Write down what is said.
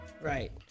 Right